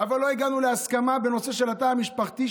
אבל לא הגענו להסכמה בנושא של התא המשפחתי.